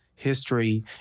history